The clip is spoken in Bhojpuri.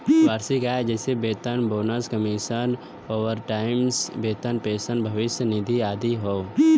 वार्षिक आय जइसे वेतन, बोनस, कमीशन, ओवरटाइम वेतन, पेंशन, भविष्य निधि आदि हौ